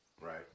right